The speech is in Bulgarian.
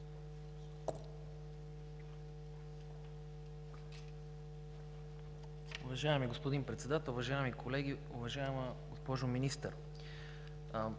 Уважаеми господин Председател, уважаеми колеги, уважаема госпожо Министър!